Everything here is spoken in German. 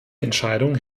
entscheidung